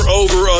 over